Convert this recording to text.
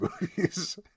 movies